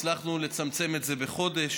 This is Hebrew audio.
הצלחנו לצמצם את זה בחודש,